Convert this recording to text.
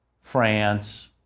France